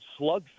slugfest